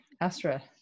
Astra